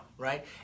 right